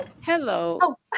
Hello